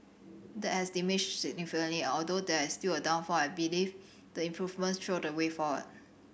that has diminished significantly and although there is still a shortfall I believe the improvements show the way forward